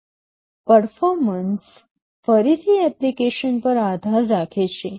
performance ફરીથી application પર આધાર રાખે છે